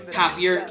happier